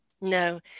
No